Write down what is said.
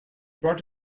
brought